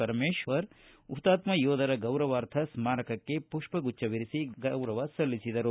ಪರಮೇಶ್ವರ್ ಹುತಾತ್ಮ ಯೋಧರ ಗೌರವಾರ್ಥ ಸ್ಮಾರಕಕ್ಕೆ ಪುಷ್ಪಗುಚ್ವವಿರಸಿ ಗೌರವ ಸಲ್ಲಿಸಿದರು